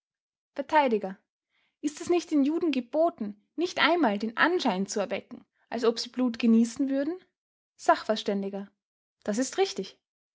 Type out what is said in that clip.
vert ist es nicht den juden geboten nicht einmal den anschein zu erwecken als ob sie blut genießen würden sachv das ist richtig